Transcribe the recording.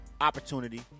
opportunity